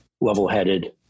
level-headed